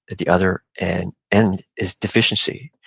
at the other and end is deficiency,